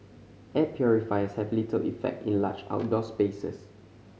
air purifiers have little effect in large outdoor spaces